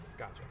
Gotcha